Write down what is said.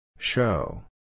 Show